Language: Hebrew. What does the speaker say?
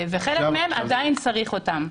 וחלק מהן עדיין צריכים אותן.